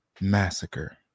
massacre